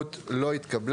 ההסתייגות לא התקבלה.